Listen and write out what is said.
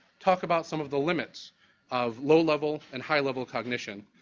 talk about some of the limits of low-level and high-level cognition.